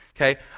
okay